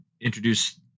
introduce